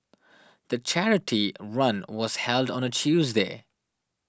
the charity run was held on a Tuesday